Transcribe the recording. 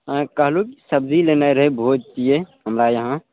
eye कहलहुॅं कि सब्जी लेनाइ रहै भोज छियै हमरा यहाँ